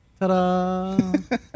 Ta-da